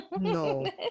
No